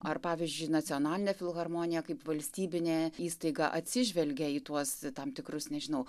ar pavyzdžiui nacionalinė filharmonija kaip valstybinė įstaiga atsižvelgia į tuos tam tikrus nežinau